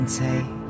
take